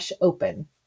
open